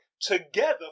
together